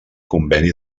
conveni